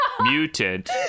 mutant